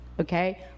okay